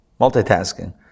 Multitasking